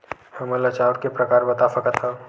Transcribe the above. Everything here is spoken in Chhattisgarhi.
हमन ला चांउर के प्रकार बता सकत हव?